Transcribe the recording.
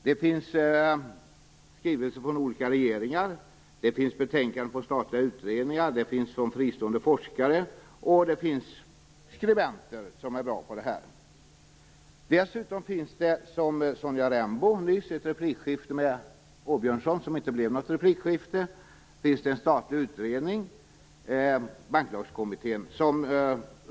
Det finns skrivelser av olika regeringar, betänkanden av statliga utredningar, av fristående forskare, och det finns skribenter som är bra på detta. I ett replikskifte med Rolf Åbjörnsson - som inte blev något replikskifte - pekade Sonja Rembo på att det dessutom finns en statlig utredning, Banklagskommittén.